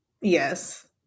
Yes